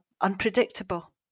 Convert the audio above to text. unpredictable